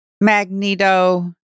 Magneto